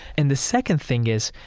and the second thing is